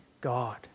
God